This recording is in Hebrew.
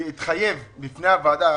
שהתחייב בפני הוועדה,